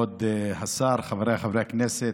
כבוד השר, חבריי חברי הכנסת,